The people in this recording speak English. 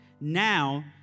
Now